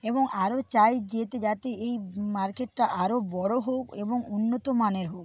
এবং আরও চাই যেহেতু যাতে এই মার্কেটটা আরও বড়ো হোক এবং উন্নত মানের হোক